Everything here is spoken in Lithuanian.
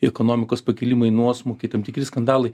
ekonomikos pakilimai nuosmukiai tam tikri skandalai